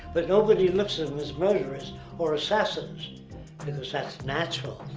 but nobody looks at them as murderers or assassins because that's natural.